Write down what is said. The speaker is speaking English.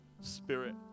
spirit